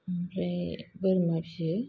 ओमफ्राइ बोरमा फियो